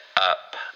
up